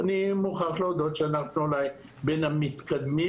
אני מוכרח להודות שאנחנו בין המתקדמים.